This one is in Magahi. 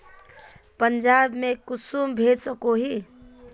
पंजाब में कुंसम भेज सकोही?